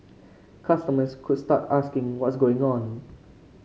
customers could start asking what's going on